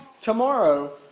Tomorrow